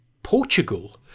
portugal